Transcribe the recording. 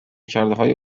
کردههای